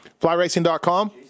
flyracing.com